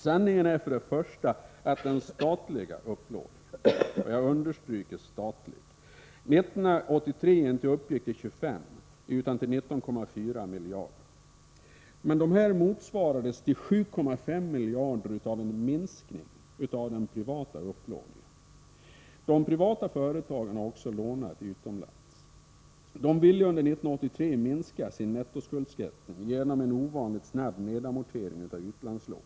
Sanningen är att den statliga upplåningen — jag understryker statlig — 1983 inte uppgick till 25 utan till 19,4 miljarder. Men dessa motsvarades till 7,5 miljarder av en minskning av den privata upplåningen. De privata företagen har också lånat utomlands. De ville under 1983 minska sin nettoskuldsättning genom en ovanligt snabb nedamortering av utlandslån.